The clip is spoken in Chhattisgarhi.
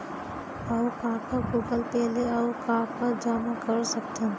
अऊ का का गूगल पे ले अऊ का का जामा कर सकथन?